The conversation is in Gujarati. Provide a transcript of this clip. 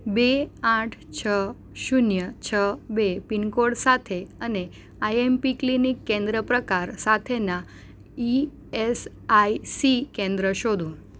બે આઠ છ શૂન્ય છ બે પિનકોડ સાથે અને આઈએમપી ક્લિનિક કેન્દ્ર પ્રકાર સાથેનાં ઇ એસ આઇ સી કેન્દ્રો શોધો